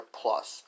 plus